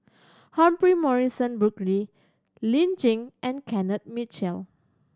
Humphrey Morrison Burkill Lin Chen and Kenneth Mitchell